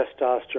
testosterone